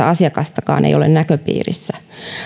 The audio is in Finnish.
asiakasta ei ole näköpiirissä